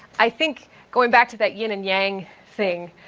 i think going back to that yin and yang thing,